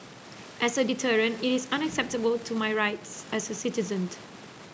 as a deterrent it is unacceptable to my rights as a citizen